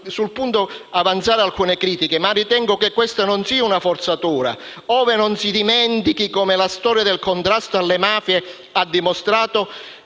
sul punto alcune critiche, ma ritengo che questa non sia una forzatura, ove non si dimentichi come la storia del contrasto alle mafie ha dimostrato